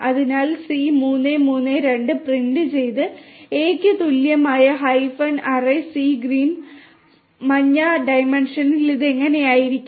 അതിനാൽ C 3 3 2 print എയ്ക്ക് തുല്യമായ ഹൈഫൻ അറേ സി ഗ്രീൻ മഞ്ഞ ഡൈമെൻഷനിൽ ഇത് എങ്ങനെ കുറവായിരിക്കും